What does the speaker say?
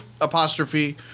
apostrophe